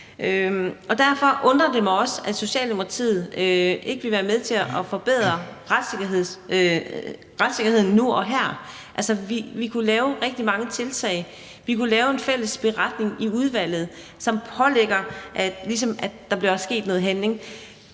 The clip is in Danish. Derfor undrer det mig også, at Socialdemokratiet ikke ville være med til at forbedre retssikkerheden nu og her. Altså, vi kunne lave rigtig mange tiltag. Vi kunne lave en fælles beretning i udvalget, som pålægger regeringen, at der ligesom sker noget handling.